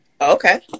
Okay